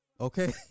Okay